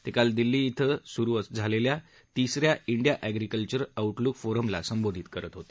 ते काल दिल्ली इथं झालेल्या तीसऱ्या इंडिया एग्रीकल्चर आऊटलुक फोरमला संबोधित करत होते